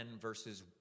verses